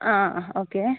ആ ഓക്കെ